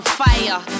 fire